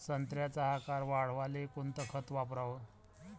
संत्र्याचा आकार वाढवाले कोणतं खत वापराव?